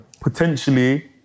Potentially